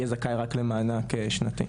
יהיה זכאי רק למענק שנתי.